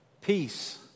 peace